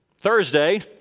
Thursday